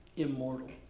immortal